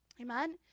Amen